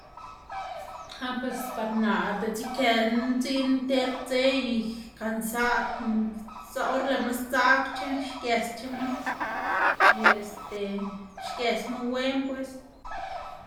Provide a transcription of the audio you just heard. ah pues par naꞌ diꞌtse ikená dziꞌn nter dze y kansadná, or lëꞌma sdzagc̲h̲e, xgësc̲h̲ema y este xgësma wen pues.